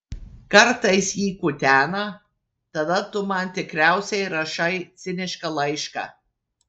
kartais jį kutena tada tu man tikriausiai rašai cinišką laišką